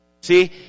See